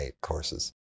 courses